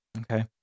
okay